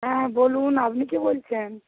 হ্যাঁ বলুন আপনি কে বলছেন